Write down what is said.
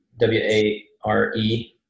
W-A-R-E